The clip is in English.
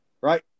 right